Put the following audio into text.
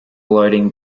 loading